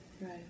Right